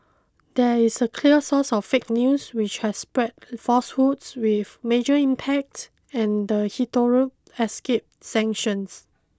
there is clear source of 'fake news' which has spread falsehoods with major impact and hitherto escaped sanction